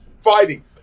fighting